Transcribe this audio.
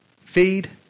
feed